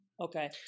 Okay